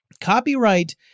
copyright